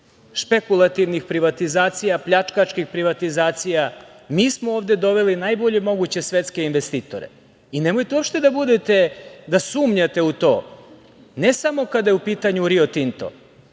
špekulativnih privatizacija, pljačkaških privatizacija. Mi smo ove doveli najbolje moguće svetske investitore. Nemojte uopšte da sumnjate u to. Ne samo kada je u pitanju „Rio Tinto“,